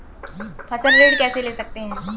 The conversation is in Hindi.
फसल ऋण कैसे ले सकते हैं?